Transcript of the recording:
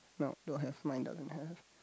no don't have mind doesn't don't have